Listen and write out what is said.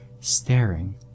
staring